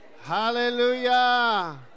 Hallelujah